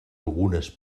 algunes